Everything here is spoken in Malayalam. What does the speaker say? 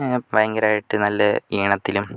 ഭയങ്കരമായിട്ട് നല്ല ഈണത്തിലും